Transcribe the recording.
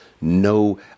no